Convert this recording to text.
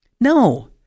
No